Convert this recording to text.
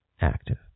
active